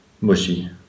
mushy